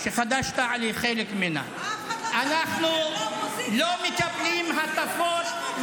אבל גם למחדל ב-7